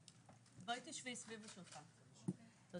ביטוח כנגד השלכות כלכליות כל